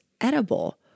edible